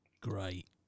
Great